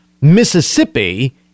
Mississippi